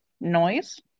noise